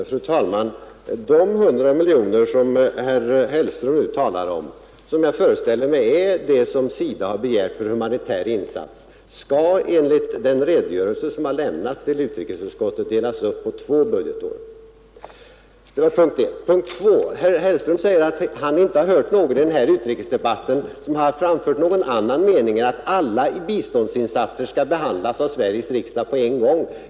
Fru talman! De 100 miljoner som herr Hellström nu talar om — och som jag föreställer mig är vad SIDA har begärt för humanitär insats — skall enligt den redogörelse som har lämnats till utrikesutskottet delas upp på två budgetår. Det var punkt 1. Punkt 2: Herr Hellström säger att han inte har hört någon i den här utrikesdebatten som har framfört någon annan mening än att alla biståndsinsatser skall behandlas i Sveriges riksdag på en gång.